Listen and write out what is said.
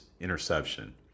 interception